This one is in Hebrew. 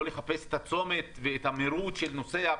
לא לחפש את הצומת ואת המהירות של נוסע,